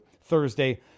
Thursday